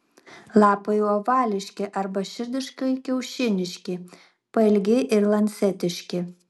lapai ovališki arba širdiškai kiaušiniški pailgi ir lancetiški